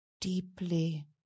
deeply